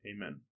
Amen